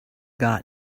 got